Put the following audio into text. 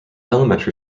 elementary